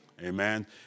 Amen